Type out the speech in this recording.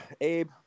Abe